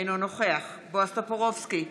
אינו נוכח בועז טופורובסקי,